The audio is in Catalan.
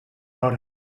hora